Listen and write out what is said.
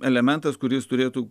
elementas kuris turėtų